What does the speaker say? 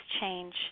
change